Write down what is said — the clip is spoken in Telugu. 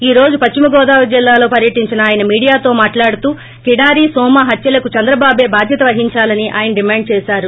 ఈ రోజు పశ్చిమ గోదావరి జిల్లలో పర్యటించిన అయనే మీడియాతో మాట్లాడుతూ కేడారి సోమ హత్యలకు చంద్రబాబే బాధ్యత వహించాలని ఆయన డిమాండ్ చేశారు